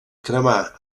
cremar